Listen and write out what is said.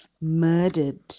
murdered